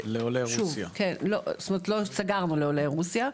זאת אומרת לא סגרנו לעולי רוסיה,